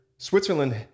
Switzerland